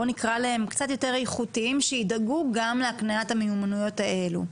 בוא נקרא להם קצת יותר איכותיים שידאגו גם להקניית המיומנויות האלה.